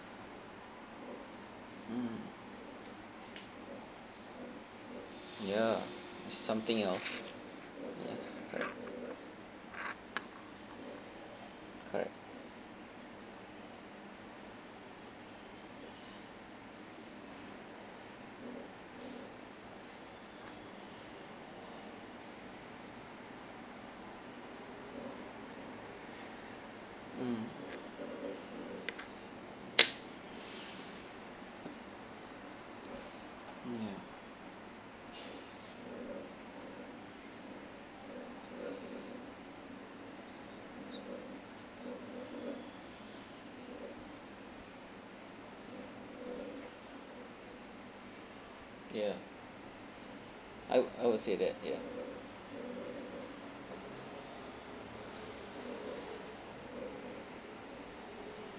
mm ya something else yes correct correct mm ya ya I would I would say that ya